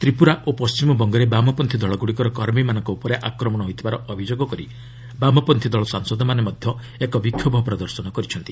ତ୍ରିପୁରା ଓ ପଶ୍ଚିମବଙ୍ଗରେ ବାମପନ୍ଥୀ ଦଳଗୁଡ଼ିକର କର୍ମୀମାନଙ୍କ ଉପରେ ଆକ୍ରମଣ ହୋଇଥିବାର ଅଭିଯୋଗ କରି ବାମପନ୍ତ୍ରୀ ଦଳ ସାଂସଦମାନେ ମଧ୍ୟ ଏକ ବିକ୍ଷୋଭ ପ୍ରଦର୍ଶନ କରିଛନ୍ତି